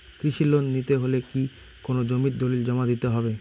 কৃষি লোন নিতে হলে কি কোনো জমির দলিল জমা দিতে হবে?